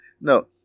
No